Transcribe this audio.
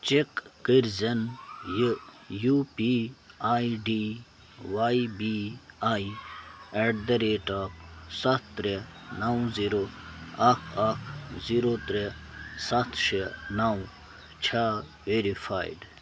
check کٔرۍزٮ۪ن یہِ U P I D Y B I at the rate of سَتھ ترٛےٚ نَو زیٖرو اَکھ اَکھ زیٖرو ترٛےٚ سَتھ شےٚ نَو چھا ویرِفایِڈ